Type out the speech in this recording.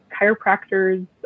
chiropractors